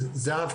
זהב,